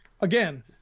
again